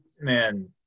Man